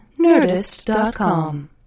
nerdist.com